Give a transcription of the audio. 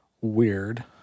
Weird